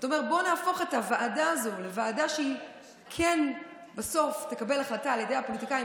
בואו נהפוך את הוועדה הזאת לוועדה שבסוף תקבל החלטה על ידי הפוליטיקאים,